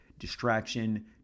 distraction